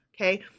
Okay